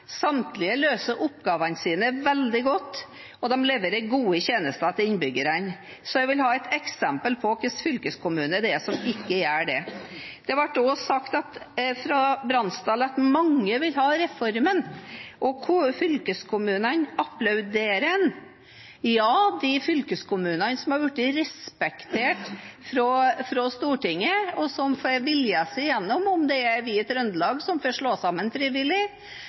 Samtlige løser oppgavene sine veldig godt, og de leverer gode tjenester til innbyggerne. Så jeg vil ha et eksempel på en fylkeskommune som ikke gjør det. Det ble også sagt av representanten Bransdal at mange vil ha reformen, og at fylkeskommunene applauderer den. Ja, de fylkeskommunene som har blitt respektert av Stortinget, og som har fått viljen sin igjennom, om det er vi i Trøndelag, som får slå oss sammen frivillig,